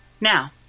Now